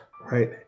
right